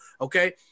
Okay